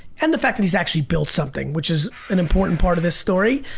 and the fact that he's actually built something, which is an important part of this story,